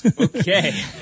Okay